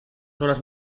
horas